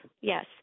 Yes